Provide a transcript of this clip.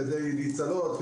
כדי להיצלות,